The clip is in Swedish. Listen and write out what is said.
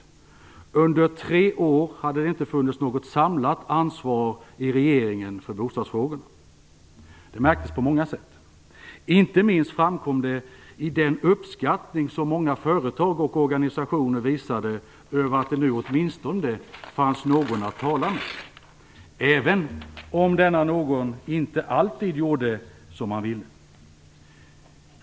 Under tre år hade det inte funnits något samlat ansvar i regeringen för bostadsfrågorna. Det märktes på många sätt. Inte minst framkom det i den uppskattning som många företag och organisationer visade över att det nu åtminstone fanns någon att tala med, även om denna någon inte alltid gjorde som man ville.